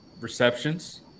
receptions